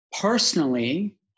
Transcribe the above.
personally